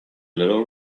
little